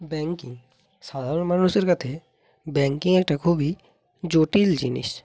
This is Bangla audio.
ব্যাঙ্কিং সাধারণ মানুষের কাছে ব্যাঙ্কিং একটা খুবই জটিল জিনিস